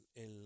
el